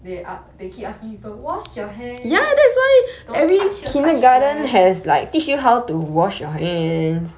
they are they keep asking people wash your hand don't touch here touch there